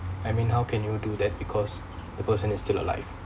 I mean how can you do that because the person is still alive